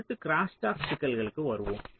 அடுத்து க்ரோஸ்டாக்கிற்கான சிக்கல்களுக்கு வருவோம்